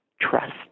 trust